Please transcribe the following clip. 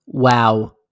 Wow